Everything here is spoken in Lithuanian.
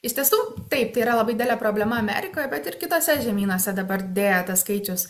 iš tiesų taip tai yra labai didelė problema amerikoj bet ir kituose žemynuose dabar deja tas skaičius